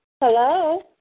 Hello